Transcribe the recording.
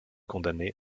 condamné